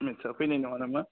मेथ्सआ फैनाय नङा नामा